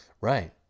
Right